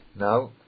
Now